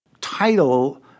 title